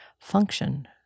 function